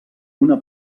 una